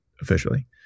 officially